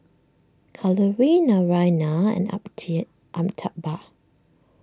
Kalluri Naraina and Amit Amitabh